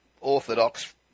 orthodox